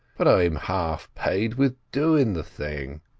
but i'm half paid with doing the thing.